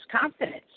confidence